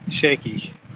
Shaky